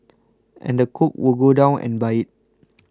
and the cook would go down and buy it